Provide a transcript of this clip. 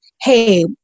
hey